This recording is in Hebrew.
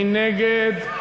מי נגד?